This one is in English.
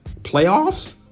Playoffs